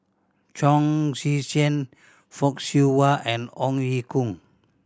Chong Tze Chien Fock Siew Wah and Ong Ye Kung